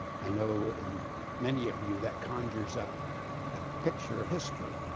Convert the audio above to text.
i know in many of you, that conjures up a picture of history.